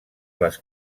les